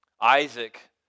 Isaac